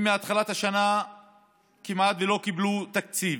הם מתחילת השנה כמעט שלא קיבלו תקציב.